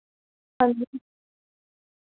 हांजी